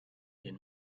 linn